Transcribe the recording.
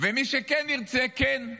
ומי שכן ירצה כן.